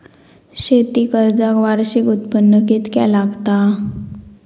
शेती कर्जाक वार्षिक उत्पन्न कितक्या लागता?